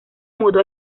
mudó